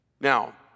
Now